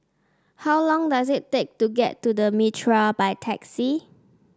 how long does it take to get to The Mitraa by taxi